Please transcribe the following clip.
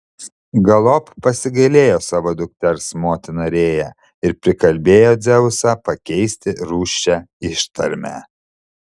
galop pasigailėjo savo dukters motina rėja ir prikalbėjo dzeusą pakeisti rūsčią ištarmę